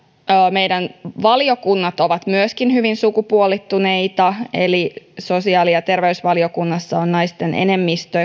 meidän valiokuntamme ovat myöskin hyvin sukupuolittuneita eli sosiaali ja terveysvaliokunnassa on naisten enemmistö